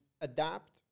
adapt